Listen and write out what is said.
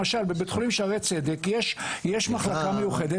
למשל, בבית החולים שערי צדק יש מחלקה מיוחדת.